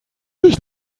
dich